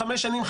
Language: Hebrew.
5 שנים,